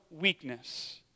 weakness